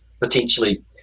potentially